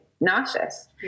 nauseous